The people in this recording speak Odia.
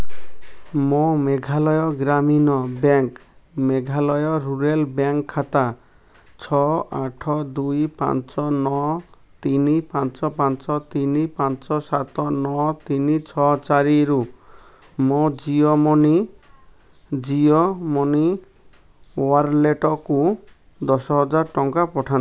ମୋ ମେଘାଳୟ ଗ୍ରାମୀଣ ବ୍ୟାଙ୍କ୍ ମେଘାଳୟ ରୁରାଲ୍ ବ୍ୟାଙ୍କ୍ ଖାତା ଛଅ ଆଠ ଦୁଇ ପାଞ୍ଚ ନଅ ତିନି ପାଞ୍ଚ ପାଞ୍ଚ ତିନି ପାଞ୍ଚ ସାତ ନଅ ତିନି ଛଅ ଚାରି ରୁ ମୋ ଜିଓ ମନି ଜିଓ ମନି ୱାଲେଟ୍କୁ ଦଶହଜାର ଟଙ୍କା ପଠାନ୍ତୁ